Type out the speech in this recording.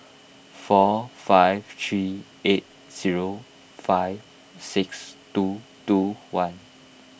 four five three eight zero five six two two one